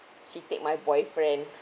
she take my boyfriend